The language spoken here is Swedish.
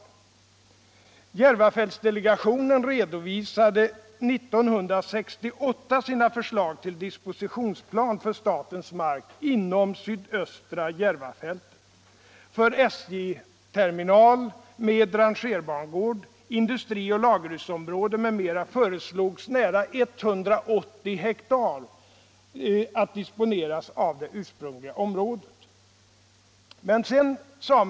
Järvafältsdelegationen redovisade 1968 sina förslag till dispositionsplan för statens mark inom sydöstra Järvafältet. För SJ-terminal med rangerbangård, industrioch lagerhusområde m.m. föreslogs att nära 180 hektar av det ursprungliga området skulle disponeras.